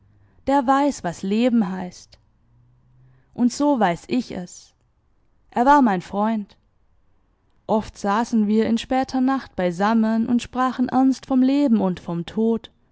der weiß was leben heißt und so weiß ich es er war mein freund oft saßen wir in später nacht beisammen und sprachen ernst vom leben und vom tod